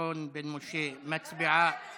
רון בן משה מצביעה, לא, לא.